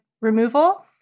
removal